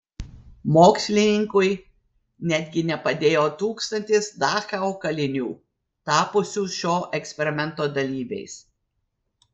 mokslininkui netgi nepadėjo tūkstantis dachau kalinių tapusių šio eksperimento dalyviais